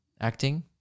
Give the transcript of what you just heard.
acting